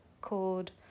called